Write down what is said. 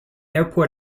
airport